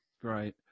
Great